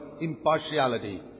impartiality